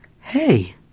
Hey